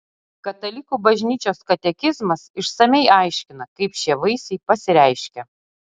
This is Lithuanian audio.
katalikų bažnyčios katekizmas išsamiai aiškina kaip šie vaisiai pasireiškia